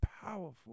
powerful